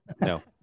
no